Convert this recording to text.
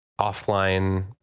offline